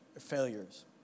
Failures